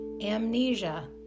amnesia